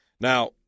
Now